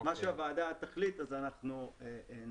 מה שהוועדה תחליט אנחנו נעשה.